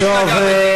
טוב,